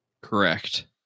Correct